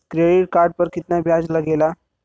Credit card पर कितना ब्याज लगेला?